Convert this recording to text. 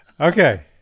Okay